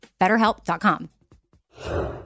BetterHelp.com